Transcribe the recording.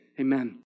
Amen